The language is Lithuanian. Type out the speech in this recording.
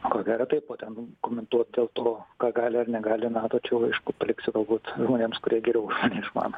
ko gera taip o ten komentuot dėl to ką gali ar negali nato čia jau aišku paliksiu galbūt žmonėms kurie geriau už mane išmano